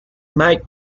might